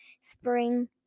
Spring